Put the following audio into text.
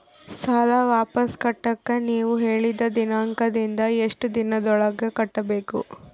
ಸಾಲ ವಾಪಸ್ ಕಟ್ಟಕ ನೇವು ಹೇಳಿದ ದಿನಾಂಕದಿಂದ ಎಷ್ಟು ದಿನದೊಳಗ ಕಟ್ಟಬೇಕು?